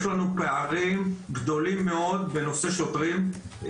יש לנו פערים גדולים מאוד בנושא שוטרים.